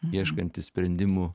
ieškantį sprendimų